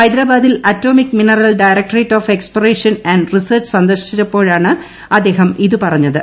ഹൈദ്രാബാദിൽ atomic mineral directorate of exploration and research സന്ദർശിച്ചപ്പോഴാണ് അദ്ദേഹം ഇത് പറഞ്ഞത്